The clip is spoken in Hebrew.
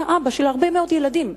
אתה אבא של הרבה מאוד ילדים,